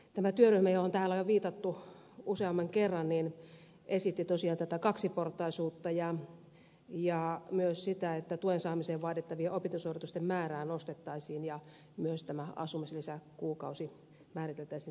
tämä työryhmä johon täällä on jo viitattu useamman kerran esitti tosiaan tätä kaksiportaisuutta ja myös sitä että tuen saamiseen vaadittavien opintosuoritusten määrää nostettaisiin ja myös tämä asumislisäkuukausi määriteltäisiin tukikuukaudeksi